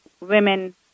women